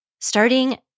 starting